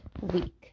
week